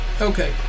Okay